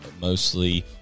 mostly